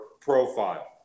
profile